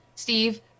Steve